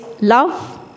love